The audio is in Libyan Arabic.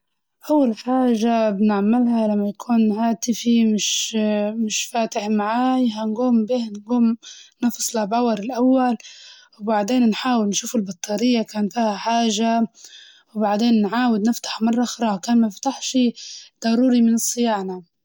أول حاجة نعملها لما يكون هاتفي مش مش فاتح معاي هنقوم به نقوم نفصله باور الأول، وبعدين نحاول نشوف البطارية كان فيها حاجة وبعدين نعاود نفتحه مرة أخرى كان مفتحش ضروري من صيانة.